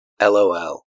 lol